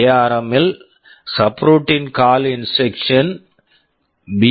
ARM ARM இல் subroutine subroutine call call instruction instruction B